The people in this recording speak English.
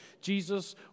Jesus